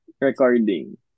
recording